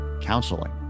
counseling